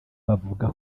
bavuga